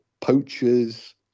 poachers